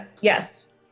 Yes